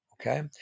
Okay